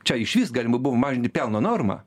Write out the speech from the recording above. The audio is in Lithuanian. čia išvis galima buvo mažinti pelno normą